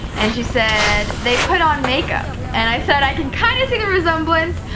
and she said they put on makeup and i said i can kind of see the resemblance.